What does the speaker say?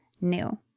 new